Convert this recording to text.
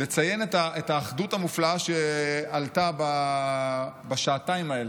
לציין את האחדות המופלאה שעלתה בשעתיים האלה.